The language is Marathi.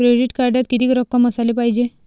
क्रेडिट कार्डात कितीक रक्कम असाले पायजे?